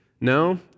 No